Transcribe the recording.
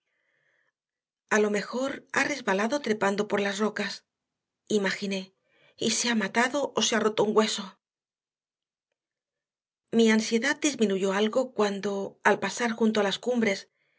lo mejor ha resbalado trepando por las rocas imaginé y se ha matado o se ha roto un hueso mi ansiedad disminuyó algo cuando al pasar junto a las cumbres